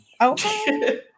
Okay